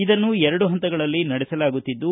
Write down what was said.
ಇದನ್ನು ಎರಡು ಹಂತಗಳಲ್ಲಿ ನಡೆಸಲಾಗುತ್ತಿದ್ದು